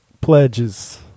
Pledges